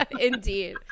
Indeed